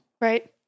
Right